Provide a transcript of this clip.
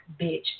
bitch